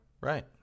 Right